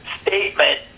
statement